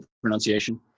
pronunciation